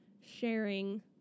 sharing